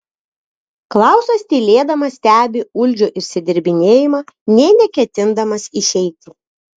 klausas tylėdamas stebi uldžio išsidirbinėjimą nė neketindamas išeiti